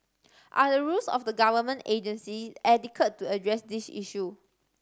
are the rules of the government agencies adequate to address the issue